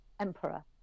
emperor